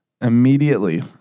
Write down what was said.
immediately